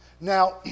Now